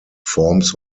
forms